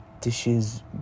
dishes